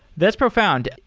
that's profound.